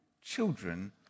children